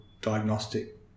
diagnostic